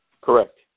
Correct